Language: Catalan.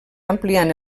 ampliant